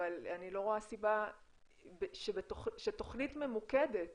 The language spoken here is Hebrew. אני לא רואה סיבה שתוכנית ממוקדת